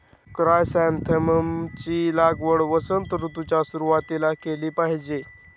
chrysanthemum ची लागवड वसंत ऋतूच्या सुरुवातीला केली पाहिजे